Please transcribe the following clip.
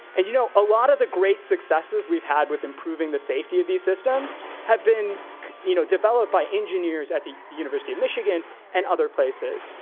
and you know a lot of the great successes we've had with improving the safety of these systems have been you know developed by engineers at the university of michigan and other places.